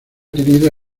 tenido